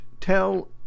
tell